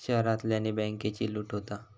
शहरांतल्यानी बॅन्केची लूट होता